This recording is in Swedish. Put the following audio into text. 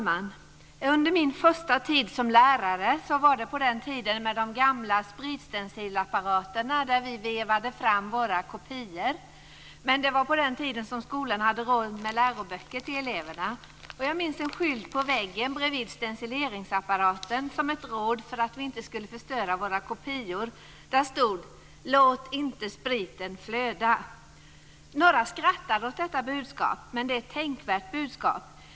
Fru talman! Min första tid som lärare var på den tiden då man använde de gamla spritstencilapparaterna, där vi vevade fram våra kopior. Men det var på den tiden som skolorna hade råd med läroböcker till eleverna. Jag minns en skylt på väggen bredvid stencileringsapparaten som ett råd för att vi inte skulle förstöra våra kopior. Där stod: Låt inte spriten flöda! Några skrattade åt detta budskap, men det är ett tänkvärt budskap.